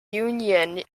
union